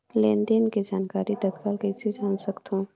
लेन देन के जानकारी तत्काल कइसे जान सकथव?